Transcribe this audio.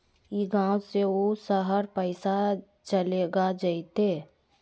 ई गांव से ऊ शहर पैसा चलेगा जयते?